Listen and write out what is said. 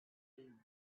been